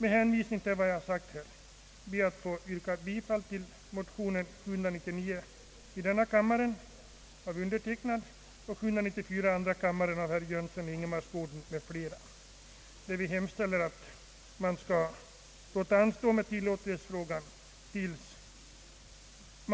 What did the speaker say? Med hänvisning till vad jag anfört ber jag att få yrka bifall till motionen 1: 799 av mig och motionen II: 974 av herr Jönsson i Ingemarsgården m.fl., vari hemställes att med tillåtlighetsfrågan skall